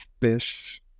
fish